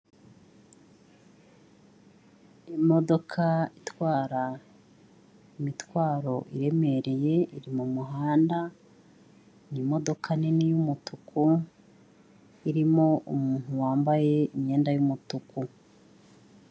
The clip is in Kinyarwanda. Imodoka itwara imitwaro iremereye, iri mu muhanda, ni imodoka nini y'umutuku, irimo umuntu wambaye imyenda y'umutuku.